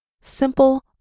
Simple